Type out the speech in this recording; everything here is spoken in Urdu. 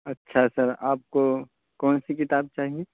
اچھا سر آپ کو کون سی کتاب چاہیے